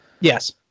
Yes